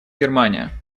германия